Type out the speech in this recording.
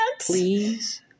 Please